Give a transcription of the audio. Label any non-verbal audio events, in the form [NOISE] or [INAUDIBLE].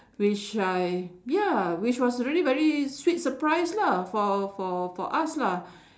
which I ya which was really very sweet surprise lah for for for us lah [BREATH]